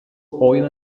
oil